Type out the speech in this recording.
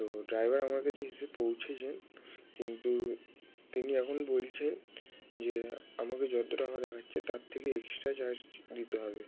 তো ড্রাইভার আমার কাছে এসে পৌঁছেছেন কিন্তু তিনি এখন বলছেন যে আমাকে যত টাকা দেখাচ্ছে তার থেকে এক্সট্রা চার্জ দিতে হবে